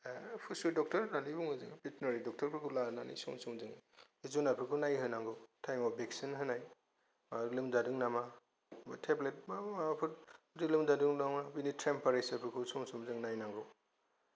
फसु doctor होननानै बुङो जोङो भेथेनारि डक्टरफोरखौ लानानै सम सम जोङो जुनारफोरखौ नायहोनांगौ तायेमाव भेगसिन होनाय आरो लोमजादों नामा थेब्लेद बा माबाफोर लोमजादों नामा बिनि थेम्फारेसारफोरखौ जों सम सम नायनांगौ